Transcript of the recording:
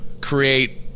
create